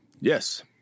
yes